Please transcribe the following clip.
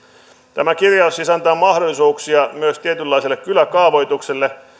tämä kirjaus siis antaa mahdollisuuksia myös tietynlaiselle kyläkaavoitukselle